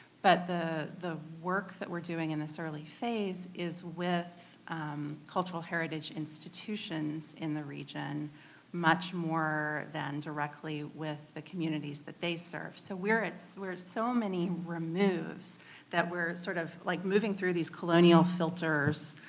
but the the work that we're doing in this early phase is with cultural heritage institutions in the region much more than directly with the communities that they serve. so we're at so so many removes that we're sort of like moving through these colonial filters,